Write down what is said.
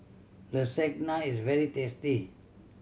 lasagna is very tasty